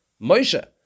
Moshe